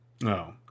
no